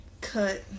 Cut